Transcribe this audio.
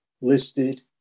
listed